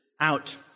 out